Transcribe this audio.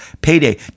payday